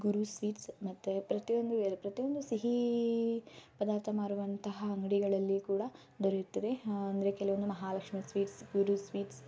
ಗುರು sweets ಮತ್ತು ಪ್ರತಿಯೊಂದು ಪ್ರತಿಯೊಂದು ಸಿಹಿ ಪದಾರ್ಥ ಮಾರುವಂತಹ ಅಂಗಡಿಗಳಲ್ಲಿಯೂ ಕೂಡ ದೊರೆಯುತ್ತದೆ ಅಂದರೆ ಕೆಲವೊಂದು ಮಹಾಲಕ್ಷ್ಮಿ ಸ್ವೀಟ್ಸ್ ಗುರು ಸ್ವೀಟ್ಸ್